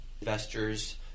investors